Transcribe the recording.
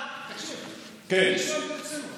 כבוד השר, תקשיב, אני שואל ברצינות.